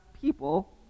people